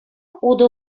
утӑ